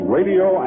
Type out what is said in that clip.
Radio